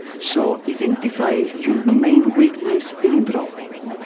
so identify your main weakness in drawing,